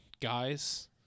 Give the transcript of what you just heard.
guys